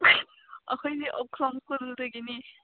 ꯑꯩꯈꯣꯏꯗꯤ ꯎꯈꯣꯡ ꯈꯨꯜꯗꯒꯤꯅꯤ